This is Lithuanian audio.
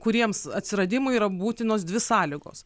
kuriems atsiradimui yra būtinos dvi sąlygos